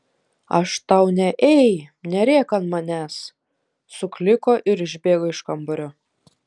aš tau ne ei nerėk ant manęs sukliko ir išbėgo iš kambario